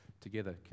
together